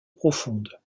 profondes